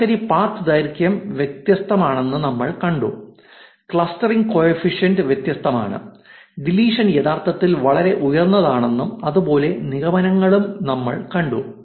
ശരാശരി പാത്ത് ദൈർഘ്യം വ്യത്യസ്തമാണെന്ന് നമ്മൾ കണ്ടു ക്ലസ്റ്ററിംഗ് കോഫിഷിയൻറ് വ്യത്യസ്തമാണ് ഡിലീഷൻ യഥാർത്ഥത്തിൽ വളരെ ഉയർന്നതാണെന്നും അതുപോലുള്ള നിഗമനങ്ങളും നമ്മൾ കണ്ടു